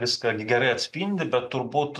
viską gerai atspindi bet turbūt